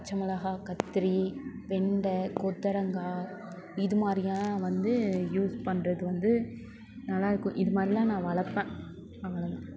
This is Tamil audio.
பச்சை மிளகாய் கத்திரி வெண்ட கொத்தரங்காய் இது மாதிரியான வந்து யூஸ் பண்ணுறது வந்து நல்லா இருக்கும் இது மாதிரிலாம் நான் வளர்ப்பேன் அவ்ளோ தான்